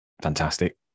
fantastic